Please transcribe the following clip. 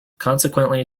consequently